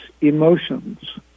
emotions